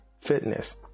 fitness